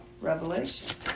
Revelation